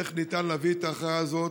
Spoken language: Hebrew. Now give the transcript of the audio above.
איך ניתן להביא את ההכרעה הזאת,